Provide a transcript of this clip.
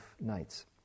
nights